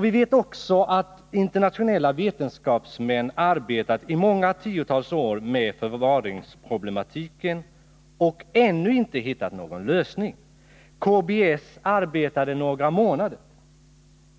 Vi vet dessutom att internationella vetenskapsmän arbetat i många tiotal år med förvaringsproblematiken och ännu inte hittat någon lösning. KBS arbetade några månader,